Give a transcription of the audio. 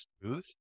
smooth